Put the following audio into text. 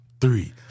three